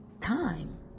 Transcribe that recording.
time